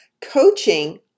Coaching